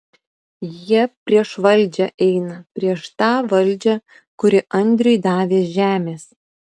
jie prieš valdžią eina prieš tą valdžią kuri andriui davė žemės